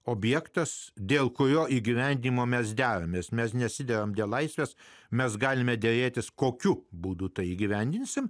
objektas dėl kurio įgyvendinimo mes deramės mes nesiderame dėl laisvės mes galime derėtis kokiu būdu tai įgyvendinsime